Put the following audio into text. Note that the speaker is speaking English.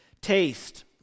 Taste